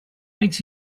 makes